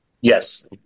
Yes